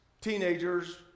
teenagers